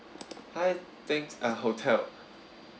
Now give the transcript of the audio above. hi thank uh hotel